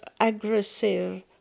aggressive